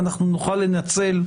אנחנו נוכל לנצל,